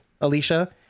Alicia